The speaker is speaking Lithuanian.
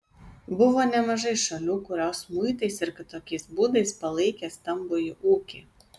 buvo nemažai šalių kurios muitais ir kitokiais būdais palaikė stambųjį ūkį